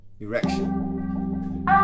erection